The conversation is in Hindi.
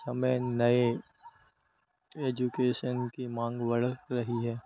समय नए एजुकेशन की माँग बढ़ रही है